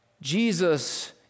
Jesus